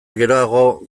geroago